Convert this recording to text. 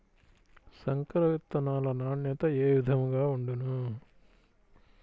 సంకర విత్తనాల నాణ్యత ఏ విధముగా ఉండును?